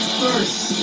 first